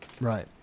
Right